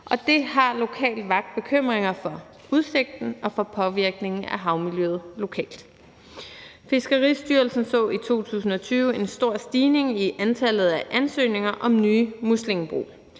Det har lokalt vakt bekymringer for udsigten og for påvirkningen af havmiljøet lokalt. Fiskeristyrelsen så i 2020 en stor stigning i antallet af ansøgninger om nye muslingebrug,